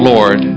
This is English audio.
Lord